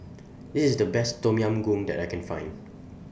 This IS The Best Tom Yam Goong that I Can Find